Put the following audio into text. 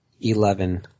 Eleven